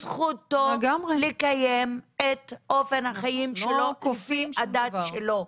זכותו לקיים את אופן החיים שלו לפי הדת שלו.